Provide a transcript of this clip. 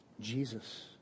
jesus